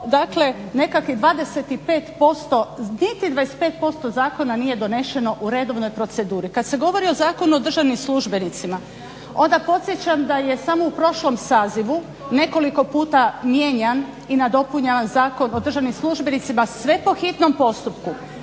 25%, niti 25% zakona nije doneseno u redovnoj proceduri. Kad se govori o Zakonu o državnim službenicima onda podsjećam da je samo u prošlom sazivu nekoliko puta mijenjan i nadopunjavan Zakon o državnim službenicima, sve po hitnom postupku.